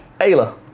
Ayla